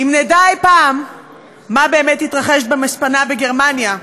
אם נדע אי-פעם מה באמת התרחש במספנה בגרמניה,